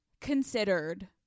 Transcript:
considered